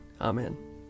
Amen